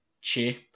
Chip